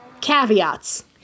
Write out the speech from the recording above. caveats